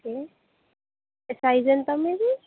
okay size ఎంతా మీది